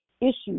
issues